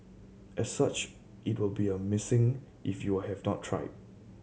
as such it will be a missing if you have not tried